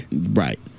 right